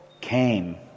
came